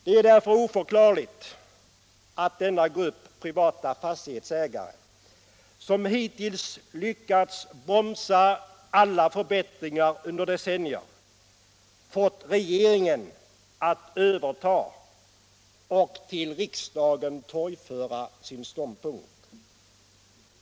Det är därför oförklarligt att denna grupp privata fastighetsägare — som hittills lyckats bromsa alla förbättringar under decennier — fått regeringen att överta och till riksdagen torgföra sin ståndpunkt.